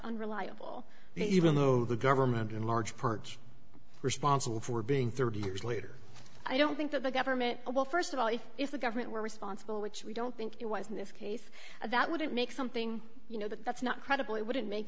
unreliable but even though the government in large part responsible for being thirty years later i don't think that the government well st of all if if the government were responsible which we don't think it was in this case that wouldn't make something you know that that's not credible wouldn't make